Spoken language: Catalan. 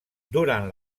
durant